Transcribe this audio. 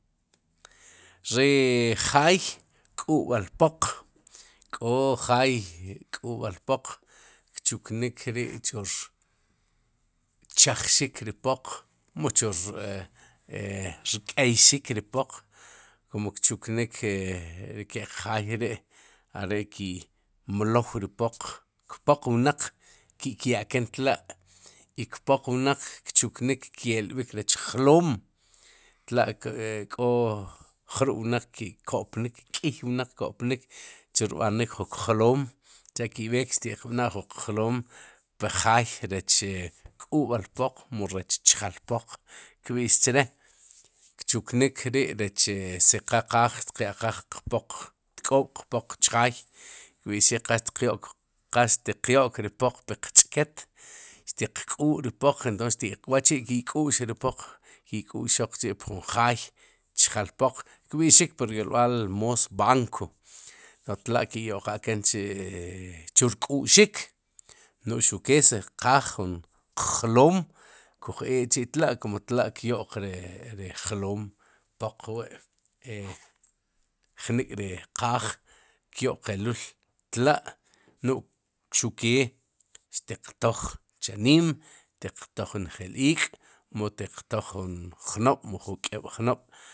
Ri jaay k'u'b'al poq k'o jaay k'u'b'al poq. kchuk nik ri chu rchaj xik ri poq mu chu e e rk'exik ri poq kum kchuknik e ri ke'q jaay ri' are ki'mlow ri poq, kpoq wnaq ki'kya'ken tla' y kpoq wnaq kchuknik kelb'ik rech jloom, tla'e k'o jrub'wnaq ki'ko'pnik k'iy wnaq ko'pnik chu rb'anik ju kjloom, si cha'ki'b'eek xtiq b'na' jun qjloom, pri jaay rech k'u'b'al poq mu rech chjal poq, kb'ix chre' kchuknik ri'rech si qal qaaj, xtiq ya'qaj qpoq xtk'oob'qpoq chjaay kb'i'xik qa xtiq yo'k qa xtiq yo'k ri poq puq ch'ket. xtiq k'uu ri poq entonces wachi'xti'k'u'x ri poq xti'ku'xoq chi'pjun jaay chjel poq kb'ixik, kb'ixik pu ryolb'al moos banco tok tla'ki'yo'qaken chi' chu rk'uxik, nu'j xuq kee si qaaj, jun qjloom, kuj eek chi'tla' kum tla kyo'q ri jloom poq wi'jnik'ri qaaj tyo'qelul tla no'j xuq kee xtiq tooj chanim tiq toj njeel iik' mu ixtiqtoj jun jnob'mu k'eeb'jnob'.